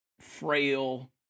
frail